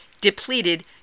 depleted